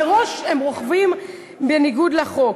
מראש הם רוכבים בניגוד לחוק.